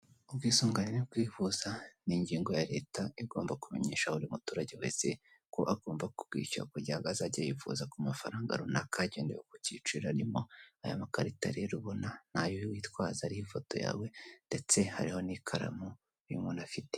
Ubwisungane mu kwivuza ni ingingo ya Leta igomba kumenyesha buri muturage wese ko agomba kubwishyura kugira ngo azajye yivuza ku mafaranga runaka hagendewe ku cyiciro arimo, aya makarita rero bona ni ayo witwaza ariho ifoto yawe ndetse hariho n'ikaramu uyu muntu afite.